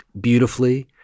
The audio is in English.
beautifully